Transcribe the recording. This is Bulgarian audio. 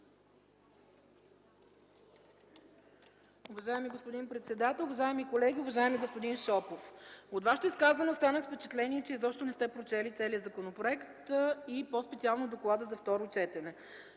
Уважаеми господин председател, уважаеми колеги! Уважаеми господин Шопов, от Вашето изказване останах с впечатление, че изобщо не сте прочели целия законопроект и по-специално доклада за второ четене.